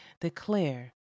Declare